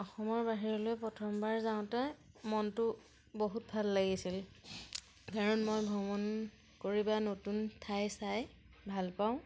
অসমৰ বাহিৰলৈ প্ৰথমবাৰ যাওঁতে মনটো বহুত ভাল লাগিছিল কাৰণ মই ভ্ৰমণ কৰি বা নতুন ঠাই চাই ভাল পাওঁ